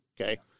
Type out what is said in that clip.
okay